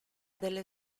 delle